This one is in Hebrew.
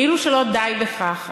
וכאילו שלא די בכך,